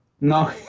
No